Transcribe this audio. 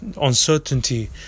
uncertainty